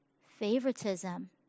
favoritism